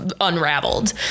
unraveled